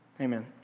Amen